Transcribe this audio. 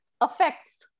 affects